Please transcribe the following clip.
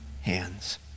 hands